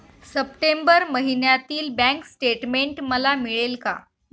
September महिन्यातील bank statement मला मिळेल का?